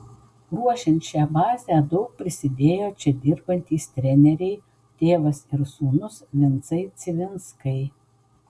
ruošiant šią bazę daug prisidėjo čia dirbantys treneriai tėvas ir sūnus vincai civinskai